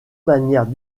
manières